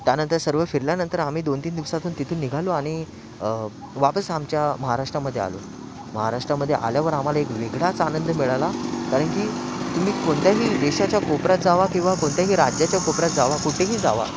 त्यानंतर सर्व फिरल्यानंतर आम्ही दोन तीन दिवसातून तिथून निघालो आणि वापस आमच्या महाराष्ट्रामध्ये आलो महाराष्ट्रामध्ये आल्यावर आम्हाला एक वेगळाच आनंद मिळाला कारण की तुम्ही कोणत्याही देशाच्या कोपऱ्यात जा किंवा कोणत्याही राज्याच्या कोपऱ्यात जा कुठेही जा